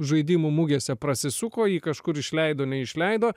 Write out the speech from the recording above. žaidimų mugėse prasisuko jį kažkur išleido neišleido